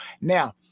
Now